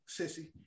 sissy